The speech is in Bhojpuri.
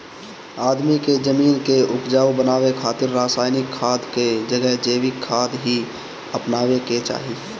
आदमी के जमीन के उपजाऊ बनावे खातिर रासायनिक खाद के जगह जैविक खाद ही अपनावे के चाही